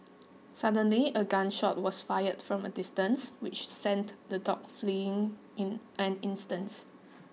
suddenly a gun shot was fired from a distance which sent the dogs fleeing in an instants